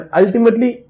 ultimately